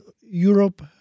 Europe